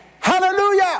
Hallelujah